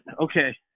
okay